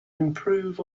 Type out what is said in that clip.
improve